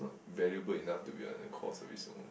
not valuable enough to be on the course